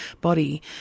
body